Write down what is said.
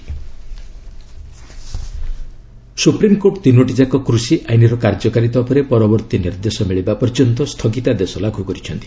SC farm law' Supreme Court ତିନୋଟି ଯାକ କୃଷି ଆଇନ୍ର କାର୍ଯ୍ୟକାରିତା ଉପରେ ପରବର୍ତ୍ତୀ ନିର୍ଦ୍ଦେଶ ମିଳିବା ପର୍ଯ୍ୟନ୍ତ ସ୍ଥଗିତାଦେଶ ଲାଗୁ କରିଛନ୍ତି